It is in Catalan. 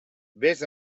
vés